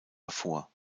hervor